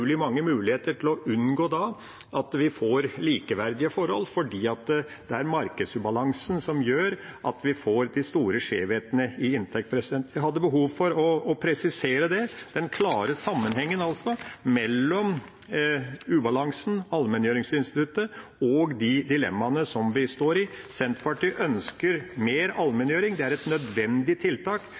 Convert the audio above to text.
utrolig mange muligheter til å unngå at vi får likeverdige forhold, fordi markedsubalansen gjør at vi får de store skjevhetene i inntekt. Jeg hadde behov for å presisere det: den klare sammenhengen mellom ubalansen, allmenngjøringsinstituttet og de dilemmaene som vi står i. Senterpartiet ønsker mer allmenngjøring. Det er et nødvendig tiltak